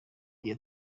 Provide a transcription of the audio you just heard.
iyo